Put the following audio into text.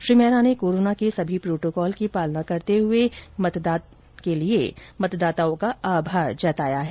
श्री मेहरा ने कोरोना के सभी प्रोटोकॉल की पालना करते हुए मतदान के लिए मतदाताओं का आभार जताया है